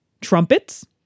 Trumpets